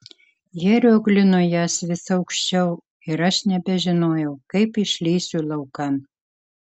jie rioglino jas vis aukščiau ir aš nebežinojau kaip išlįsiu laukan